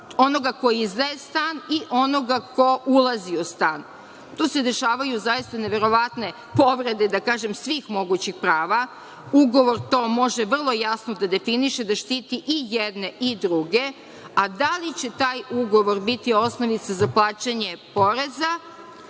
onoga koji izdaje stan i onoga ko ulazi u stan. Tu se dešavaju zaista neverovatne povrede, da kažem, svih mogućih prava. Ugovor to može vrlo jasno da definiše da štiti i jedne i druge, a da li će taj ugovor biti osnovica za plaćanje poreza,